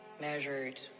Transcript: measured